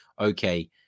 okay